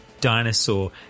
dinosaur